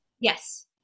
Yes